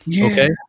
okay